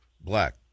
Black